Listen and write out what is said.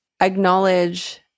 acknowledge